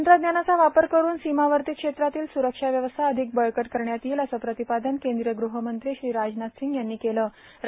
तंत्रज्ञानाचा वापर करून सीमावर्ती क्षेत्रातील स्रुरक्षा व्यवस्था अधिक बळकट करण्यात येईल असं प्रतिपादन केंद्रीय ग्रहमंत्री श्री राजनाथ सिंग यांनी केलं आहे